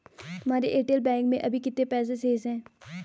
तुम्हारे Airtel bank में अभी कितने पैसे शेष हैं?